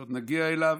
שעוד נגיע אליו,